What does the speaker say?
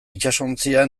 itsasontzia